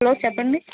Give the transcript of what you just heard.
hello చెప్పండి